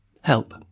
Help